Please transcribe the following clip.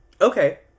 Okay